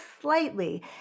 slightly